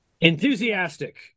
enthusiastic